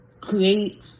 create